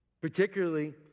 Particularly